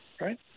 Right